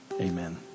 Amen